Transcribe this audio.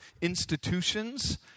institutions